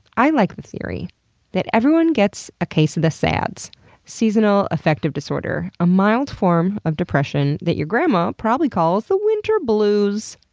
i like the theory that everyone gets a case of the sads seasonal affective disorder. a mild form of depression that your grandma probably calls the winter bluuuues.